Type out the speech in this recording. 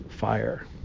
fire